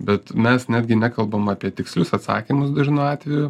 bet mes netgi nekalbam apie tikslius atsakymus dažnu atveju